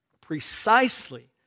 precisely